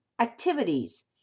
activities